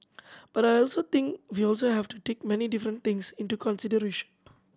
but I also think we also have to take many different things into consideration